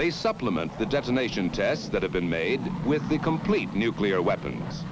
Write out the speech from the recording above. they supplement the defamation tests that have been made with the complete nuclear weapons